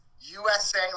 USA